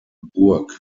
burg